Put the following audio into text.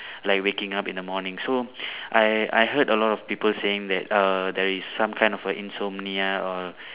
like waking up in the morning so I I heard a lot of people saying that err there is some kind of a insomnia or